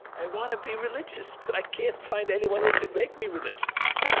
i want to be religious. but i can't find anyone who can make me religious,